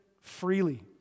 freely